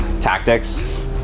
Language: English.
tactics